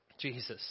Jesus